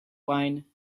wine